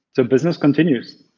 the business continues.